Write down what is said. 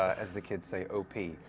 as the kids say, op.